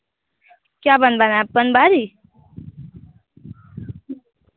क्या बनवाना है आपको अनबारी